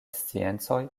sciencoj